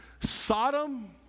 Sodom